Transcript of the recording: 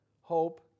hope